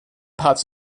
parts